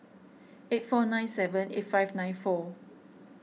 eight four nine seven eight five nine four